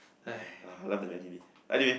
ya I love that anime anyway